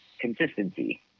consistency